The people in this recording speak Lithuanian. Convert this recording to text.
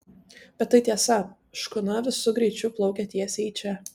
bet tai tiesa škuna visu greičiu plaukia tiesiai į čia